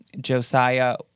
Josiah